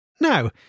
Now